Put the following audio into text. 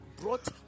brought